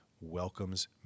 Welcomes